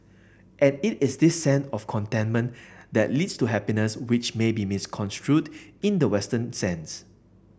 and it is this sense of contentment that leads to happiness which may be misconstrued in the Western sense